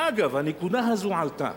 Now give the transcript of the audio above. אגב, הנקודה הזאת עלתה.